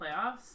playoffs